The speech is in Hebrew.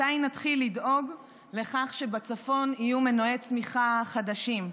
מתי נתחיל לדאוג לכך שבצפון יהיו מנועי צמיחה חדשים?